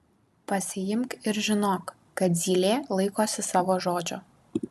pasiimk ir žinok kad zylė laikosi savo žodžio